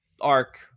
arc